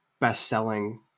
best-selling